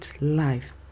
life